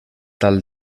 tal